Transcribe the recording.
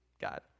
God